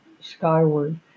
skyward